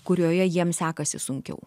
kurioje jiems sekasi sunkiau